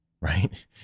right